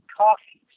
coffee